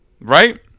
Right